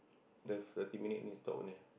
left thirty minute need to talk only ah